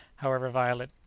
however violent.